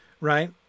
right